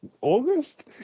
august